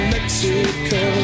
Mexico